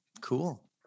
cool